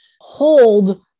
hold